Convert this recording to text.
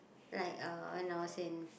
like uh when I was in